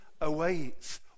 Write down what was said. awaits